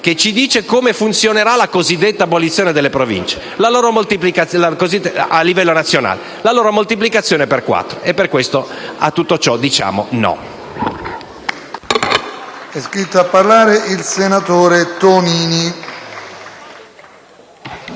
ci dice come funzionerà la cosiddetta abolizione delle Province a livello nazionale: avverrà la loro moltiplicazione per quattro. A tutto questo noi diciamo no.